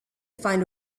find